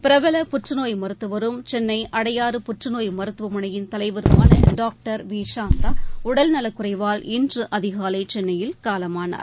பிரபல புற்றுநோய் மருத்துவரும் சென்னை அடையாறு புற்றுநோய் மருத்துவமனையின் தலைவருமான டாக்டர் வி சாந்தா உடல் நலக்குறைவால் இன்று அதிகாலை சென்னையில் காலமானார்